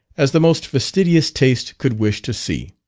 as the most fastidious taste could wish to see.